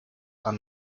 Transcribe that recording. are